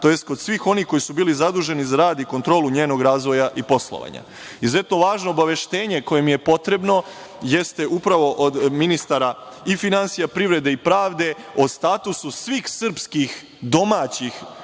tj. kod svih onih koji su bili zaduženi za rad i kontrolu njenog razvoja i poslovanja. Izuzetno važno obaveštenje koje mi je potrebno jeste upravo od ministara finansija, privrede i pravde o statusu svih srpskih, domaćih,